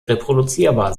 reproduzierbar